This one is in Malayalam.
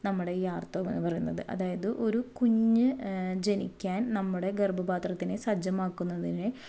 നമ്മുടെ ഈ ആർത്തവം എന്നു പറയുന്നത് അതായത് ഒരു കുഞ്ഞ് ജനിക്കാൻ നമ്മുടെ ഗർഭപാത്രത്തിനെ സജ്ജമാക്കുന്നതിനെ